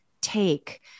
take